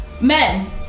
men